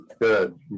Good